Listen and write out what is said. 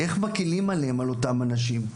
איך מקלים עליהם, על אותם אנשים.